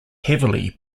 heavily